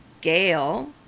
Gail